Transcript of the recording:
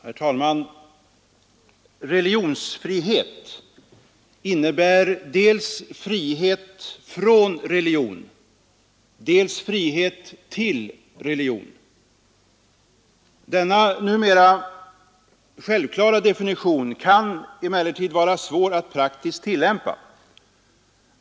Herr talman! Religionsfrihet innebär dels frihet från religion, dels frihet till religion. Denna numera självklara definition kan emellertid vara svår att praktiskt tillämpa.